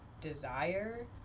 desire